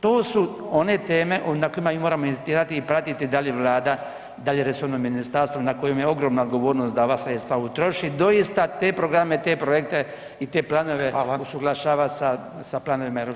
To su one teme na kojima mi moramo inzistirati i pratiti da li Vlada, da li resorno ministarstvo na kojem je ogromna odgovornost da ova sredstva utroši, doista te programe, te projekte i te planove usuglašava sa planovima EU-a, hvala.